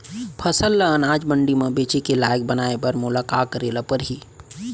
फसल ल अनाज मंडी म बेचे के लायक बनाय बर मोला का करे ल परही?